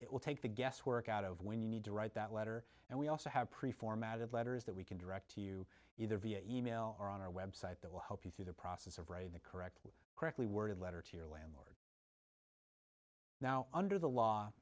it will take the guesswork out of when you need to write that letter and we also have pre formatted letters that we can direct to you either via e mail or on our website that will help you through the process of writing the correct correctly worded letter to your land now under the law